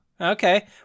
okay